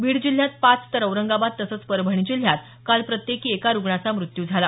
बीड जिल्ह्यात पाच तर औरंगाबाद तसंच परभणी जिल्ह्यात काल प्रत्येकी एका रुग्णाचा मृत्यू झाला